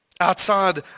outside